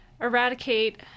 eradicate